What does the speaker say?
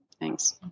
Thanks